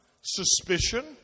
Suspicion